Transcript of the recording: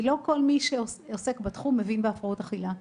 לא כל מי שעוסק בתחום מבין בהפרעות אכילה.